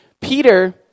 Peter